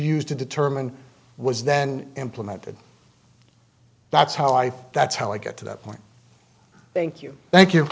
used to determine was then implemented that's how i that's how i get to that point thank you thank you